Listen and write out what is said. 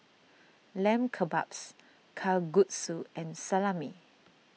Lamb Kebabs Kalguksu and Salami